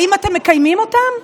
האם אתם מקיימים אותם?